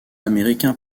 américain